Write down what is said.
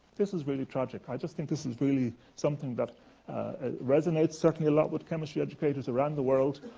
this is really tragic. i just think this is really something that resonates certainly, a lot with chemistry educators around the world,